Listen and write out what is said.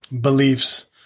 beliefs